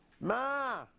Ma